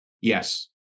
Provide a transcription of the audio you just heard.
Yes